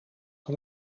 van